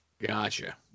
gotcha